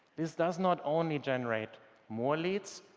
this does not only generate more leads